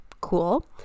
Cool